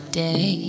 day